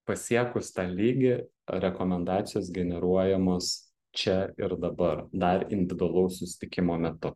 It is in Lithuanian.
pasiekus tą lygį rekomendacijos generuojamos čia ir dabar dar individualaus susitikimo metu